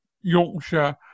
Yorkshire